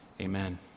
Amen